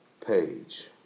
page